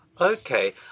Okay